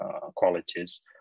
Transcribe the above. qualities